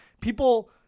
people